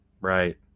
Right